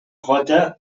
joatea